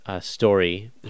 story